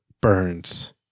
burns